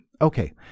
Okay